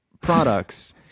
products